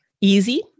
easy